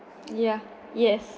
yeah yes